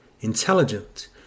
intelligent